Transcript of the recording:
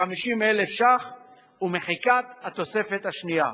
ל-50,000 שקלים ומחיקת התוספת השנייה.